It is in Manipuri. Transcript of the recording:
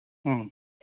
ꯑꯥ